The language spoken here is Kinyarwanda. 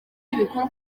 ibikorwa